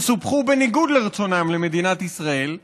שסופחו בניגוד לרצונם למדינת ישראל,